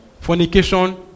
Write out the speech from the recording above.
fornication